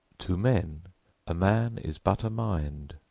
to men a man is but a mind.